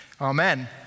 Amen